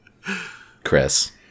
Chris